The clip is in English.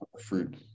fruit